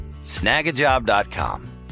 snagajob.com